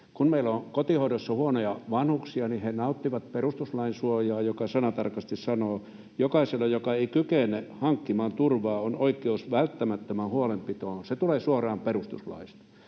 Kun meillä on kotihoidossa huonokuntoisia vanhuksia, niin he nauttivat perustuslain suojaa, joka sanatarkasti sanoo: ”Jokaisella, joka ei kykene hankkimaan turvaa, on oikeus välttämättömään huolenpitoon.” Se tulee suoraan perustuslaista.